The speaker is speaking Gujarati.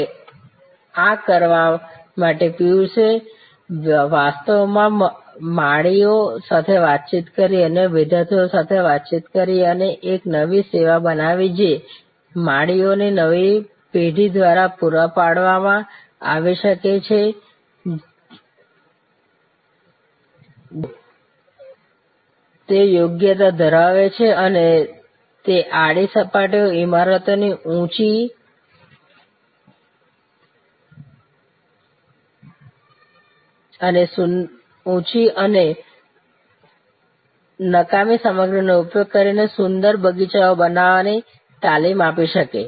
હવે આ કરવા માટે પિયુષે વાસ્તવમાં માળીઓ સાથે વાતચીત કરી અન્ય વિદ્યાર્થીઓ સાથે વાતચીત કરી અને એક નવી સેવા બનાવી જે માળીઓની નવી પેઢી દ્વારા પૂરી પાડવામાં આવી શકે છે જેઓ તે યોગ્યતા ધરાવે છે અને તે આડી સપાટીઓ ઇમારતોની ઊંચી આડી સપાટીઓ ઉપર નકામી સામગ્રીનો ઉપયોગ કરીને સુંદર બગીચા બનાવવાની તાલીમ આપી શકે